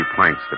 planks